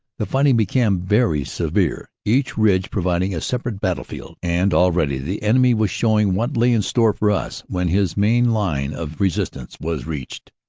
the fighting became very severe, each ridge providing a separate battlefield, and already the enemy was showing what lay in store for us when his main line of resist ance was reached.